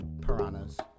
Piranhas